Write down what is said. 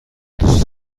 دوست